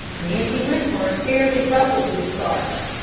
nancy wentworth fairly rustles with starch.